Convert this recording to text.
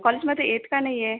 कोलेजमध्ये येत का नाही आहे